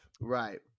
right